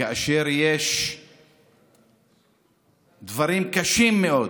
כאשר יש דברים קשים מאוד,